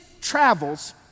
travels